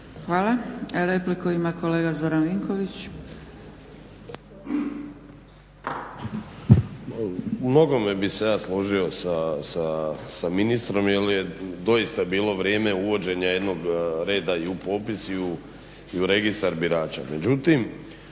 Hvala. Repliku ima kolega Zoran Vinković. **Vinković, Zoran (HDSSB)** U mnogome bi se ja složio sa ministrom jer je doista bilo vrijeme uvođenja jednog reda i u popis i u registar birača.